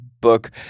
book